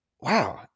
wow